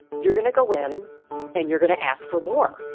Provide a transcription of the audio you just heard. you're going to go in and you're going to ask for more